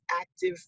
active